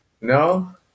no